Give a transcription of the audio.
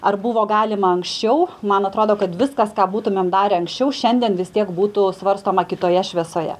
ar buvo galima anksčiau man atrodo kad viskas ką būtumėm darę anksčiau šiandien vis tiek būtų svarstoma kitoje šviesoje